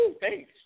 Thanks